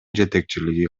жетекчилиги